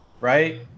right